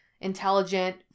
intelligent